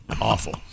awful